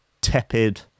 tepid